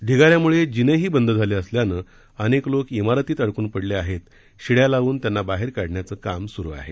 ढिगाऱ्याम्ळे जिनेही बंद झाले असल्यानं अनेक लोक इमारतीत अडक्न पडले आहेत शिड्या लावून त्यांना बाहेर काढण्याचं काम स्रु आहे